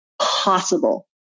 possible